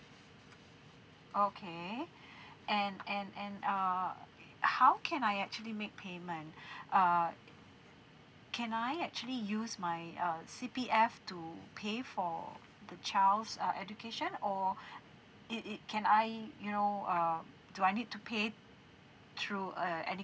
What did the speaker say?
okay and and and err how can I actually make payment uh can I actually use my uh C_P_F to pay for the child's uh education or it it can I you know uh do I need to pay through uh any